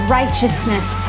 righteousness